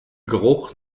geruch